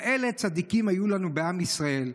כאלה צדיקים היו לנו בעם ישראל,